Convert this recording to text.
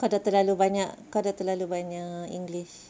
kau dah terlalu banyak kau dah terlalu banyak English